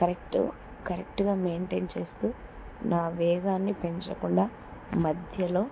correct కరెక్ట్గా maintain చేస్తూ నా వేగాన్ని పెంచకుండా మధ్యలో